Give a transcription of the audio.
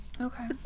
Okay